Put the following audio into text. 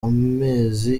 amaze